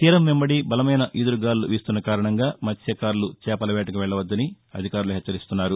తీరం వెంబడి బలమైన ఈదురుగాలులు వీస్తుస్నకారణంగా మత్ప్యకారులు చేపల వేటకు వెళ్లకూడదని అధికారులు హెచ్చరించారు